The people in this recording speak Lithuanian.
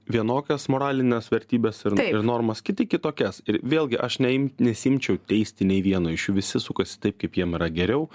vienokias moralines vertybes ir ir normas kiti kitokias ir vėlgi aš neim nesiimčiau teisti nei vieno iš jų visi sukasi taip kaip jiem yra geriau